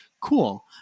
cool